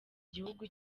gihugu